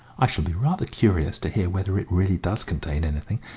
i shall be rather curious to hear whether it really does contain anything,